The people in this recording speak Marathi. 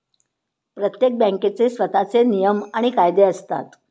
प्रत्येक बँकेचे स्वतःचे नियम आणि कायदे असतात